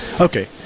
okay